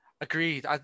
Agreed